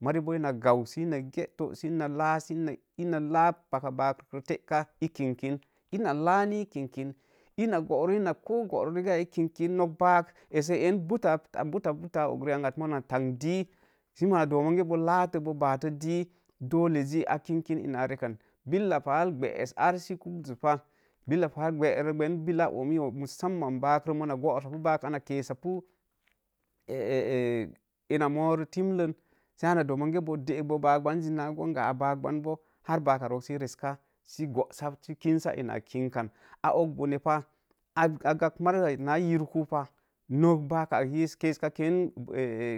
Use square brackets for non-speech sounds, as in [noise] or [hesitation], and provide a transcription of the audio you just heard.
Mori boo ina gau, sə ina kee too sə ina laa, i pa laa paka baaro tə ka, ii kinkin ina lani kinkin ina goro, ko i goro rigaya ii kinkin not baak ess, essə en, buta a buta og buta ri an at mona tanɗi, sə mona do monge laatə boo batə dii, dolle ji a kinkin ina a rekka. Billa pal gbə ar sə kublus pah, billa pal gberə gbən, billa omi oo, musamman baak rə mona gorosapu baak muna kesapu [hesitation] ina moro timlən sə mona monge boo deek bo babanji na gonga a baak bambo har baaka sə reska, sə goosa sə kinsa ina a og bone pa, a gpap mariya na yirku pah, nok baaka ak kessa ken